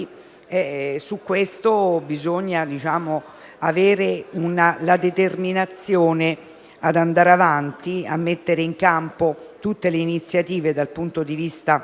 questione bisogna avere la determinazione ad andare avanti e mettere in campo tutte le iniziative dal punto di vista